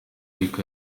lick